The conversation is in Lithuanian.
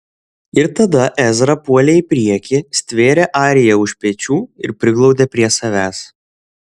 ir tada ezra puolė į priekį stvėrė ariją už pečių ir priglaudė prie savęs